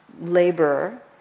laborer